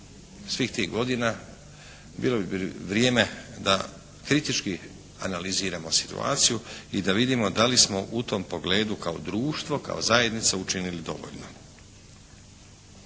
svih tih godina bilo bi vrijeme da kritički analiziramo situaciju i da vidimo da li smo u tom pogledu kao društvo, kao zajednica učinili dovoljno.